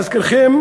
להזכירכם